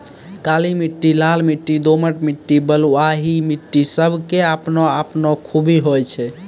काली मिट्टी, लाल मिट्टी, दोमट मिट्टी, बलुआही मिट्टी सब के आपनो आपनो खूबी होय छै